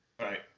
Right